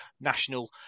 National